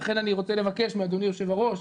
לכן אני רוצה לבקש מאדוני היושב ראש,